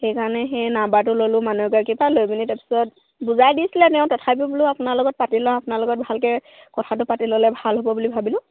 সেইকাৰণে সেই নাম্বাৰটো ল'লোঁ মানুহগৰাকীৰপৰা লৈ পিনি তাৰ পিছত বুজাই দিছিলে তেওঁ তথাপিও বোলো আপোনাৰ লগত পাতি লওঁ আপোনাৰ লগত ভালকৈ কথাটো পাতি ল'লে ভাল হ'ব বুলি ভাবিলোঁ